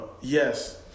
Yes